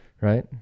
right